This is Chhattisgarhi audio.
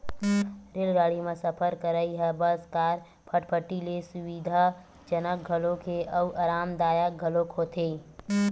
रेलगाड़ी म सफर करइ ह बस, कार, फटफटी ले सुबिधाजनक घलोक हे अउ अरामदायक घलोक होथे